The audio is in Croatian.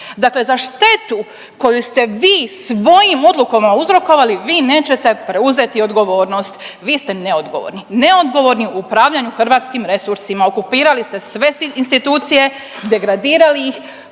Dakle, za štetu koju ste vi svojim odlukama uzrokovali vi nećete preuzeti odgovornost. Vi ste neodgovorni, neodgovorni u upravljanju hrvatskim resursima. Okupirali ste sve institucije, degradirali ih,